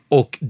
och